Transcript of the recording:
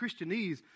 Christianese